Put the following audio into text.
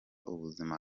ubuzima